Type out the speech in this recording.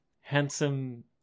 handsome